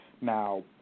Now